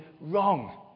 wrong